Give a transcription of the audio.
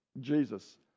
Jesus